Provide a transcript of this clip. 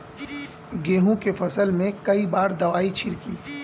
गेहूँ के फसल मे कई बार दवाई छिड़की?